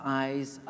eyes